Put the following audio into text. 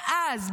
אבל אז,